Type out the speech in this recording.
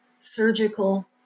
surgical